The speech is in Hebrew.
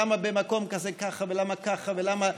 למה במקום כזה ככה ולמה ככה ולמה,